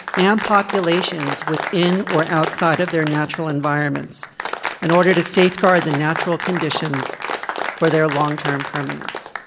and populations within or outside of their natural environments in order to safeguard the natural conditions for their long term permanence.